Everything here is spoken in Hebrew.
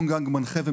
מחכה עם